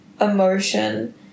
emotion